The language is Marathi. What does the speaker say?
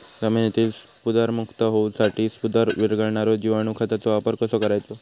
जमिनीतील स्फुदरमुक्त होऊसाठीक स्फुदर वीरघळनारो जिवाणू खताचो वापर कसो करायचो?